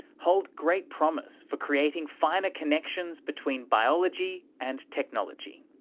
hold great promise for creating finer connections between biology and technology,